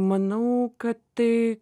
manau kad tai